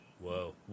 Whoa